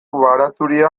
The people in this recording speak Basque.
baratxuria